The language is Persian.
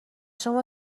شما